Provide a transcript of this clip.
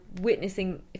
witnessing